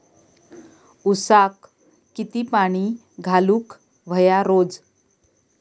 ऊसाक किती पाणी घालूक व्हया रोज?